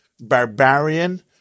barbarian